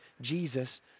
Jesus